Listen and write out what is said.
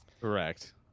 Correct